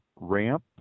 ramp